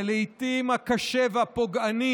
ולעיתים הקשה והפוגעני,